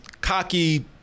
cocky